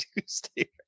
Tuesday